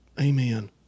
Amen